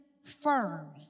Firm